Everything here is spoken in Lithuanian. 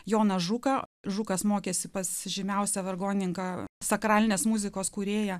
joną žuką žukas mokėsi pas žymiausią vargonininkavo sakralinės muzikos kūrėją